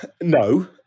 no